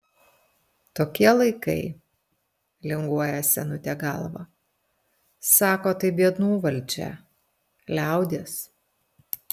tokie laikai linguoja senutė galva sako tai biednų valdžia liaudies